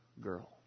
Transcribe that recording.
girl